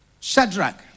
Shadrach